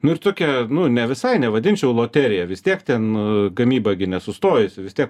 nu ir tokia nu ne visai nevadinčiau loterija vis tiek ten gamyba gi nesustojus vis tiek